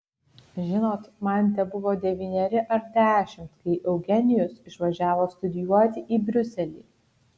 žinot man tebuvo devyneri ar dešimt kai eugenijus išvažiavo studijuoti į briuselį